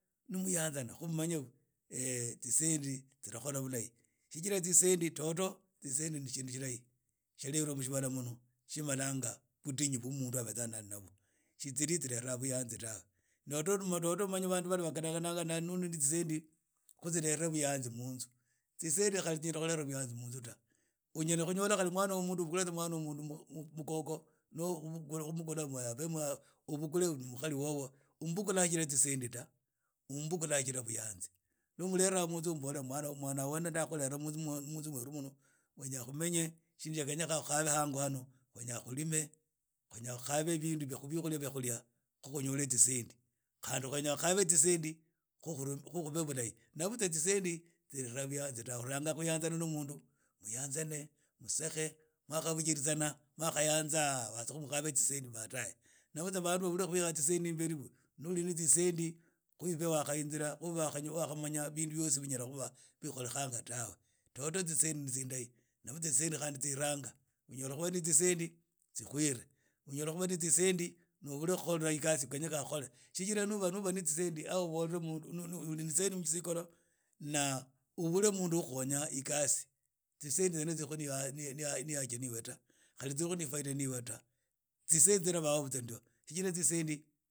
Ni muyanza nak hu mumanye tsisendi tsialkhola bulahi shijira tsisendi toto tsisendi ni shindu shilahi tsalerwa mushibala muno shimalanga bidinyu bwo mundu abetsanga nab wo shitsiri tsilera buyanzi tawe dodo umanye dodo bandu wamenya banyakhana nunu tsisendi tsilere buyanzi munzu tsisendi khali shinyara khulera buyanzi munzu ta unyala khunyola mwana ubukhula mwana wo mundi khali mwna wu mundu mukhokho na abukhula mukhali wobo anoho abukhula chijira tsisendi da ombukhula chijira buyanzi rwo omulera munzu omubola mwana wu mundu lero munzu mwer kwenya khumenye shijira kwenya khukhabe hango hano khwenya khulime khwenya khukhabe biukhulia bia khulia ma khonyore tsisendi. khandi khwenya khukhabe tsisendi khu khumeye bulahi na butsa tsisendi tsilera buyanzi ta ni ulanga khuyanzana na mundu muyanzane musekhe mwakhahunyirizana khu mkhabe tsisendi baadae na buts ana uhula tsisendi imbeli ni oli ne tsisendi khu ibyo wakhayinzira wakhamanya bindu byosi byakhaba biekhorekhanga tawe dodo tsisendi ne tsindahi na butsa khandi tsiranga khandi unyala khuba ne tsisendi tsikhwire unyala khuba na tsisendi na ubula khukhola ikasi ya khenyekha khukhola shijira ni uba na tsisendi nssh ubolr mundu uli na tsisendi mmutsikholo na ubule mundu wa khukhonya ikasi tsisendi tsiba khu ne ihaja na iwe ta khali tsiba na ifaida na ibe ta tsisendi tsiraba ho za ndio tsijira tsisendi.